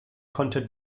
konnte